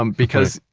um because,